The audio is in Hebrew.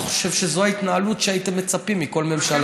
אני חושב שזאת ההתנהלות שהייתם מצפים לה מכל ממשלה.